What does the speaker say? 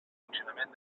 funcionament